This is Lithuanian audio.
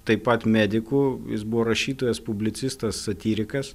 taip pat mediku jis buvo rašytojas publicistas satyrikas